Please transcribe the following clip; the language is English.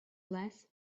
less